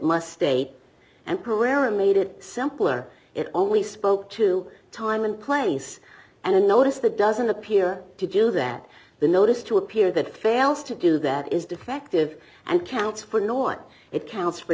must state and pereira made it simpler it only spoke to time and place and a notice that doesn't appear to do that the notice to appear that fails to do that is defective and counts for noise it